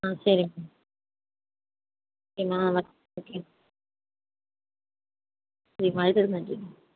ஆ சரிங்க சார் என்னா ஓகே சரி